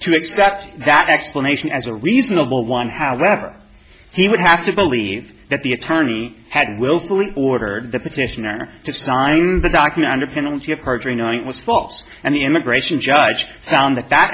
to accept that explanation as a reasonable one however he would have to believe that the attorney had willfully ordered the petitioner to sign the document under penalty of perjury night was false and the immigration judge found th